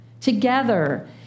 together